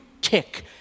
tick